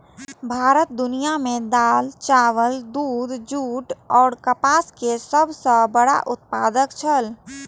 भारत दुनिया में दाल, चावल, दूध, जूट और कपास के सब सॉ बड़ा उत्पादक छला